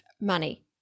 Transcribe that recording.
money